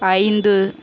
ஐந்து